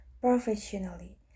professionally